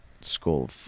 school